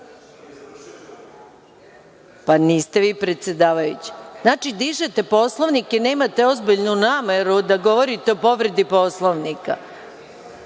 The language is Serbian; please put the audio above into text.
javio.)Niste vi predsedavajući. Znači, dižete Poslovnike, nemate ozbiljnu nameru da govorite o povredi Poslovnika.